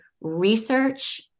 research